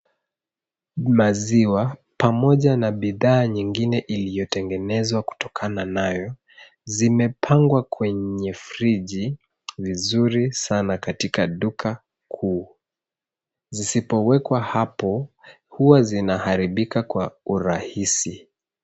Maziwa pamoja na bidhaa nyingine iliyotengenezwa kutokana nayo, zimepangwa kwenye friji vizuri sana katika duka kuu. Zisipowekwa hapo, huwa zinaharibika kwa urahisi.